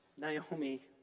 Naomi